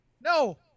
No